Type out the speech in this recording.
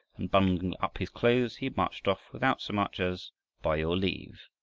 and bundling up his clothes he marched off, without so much as by your leave.